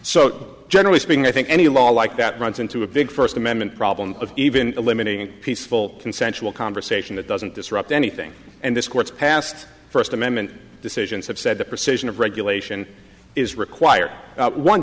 so generally speaking i think any law like that runs into a big first amendment problem of even eliminating peaceful consensual conversation that doesn't disrupt anything and this court's past first amendment decisions have said that decision of regulation is required one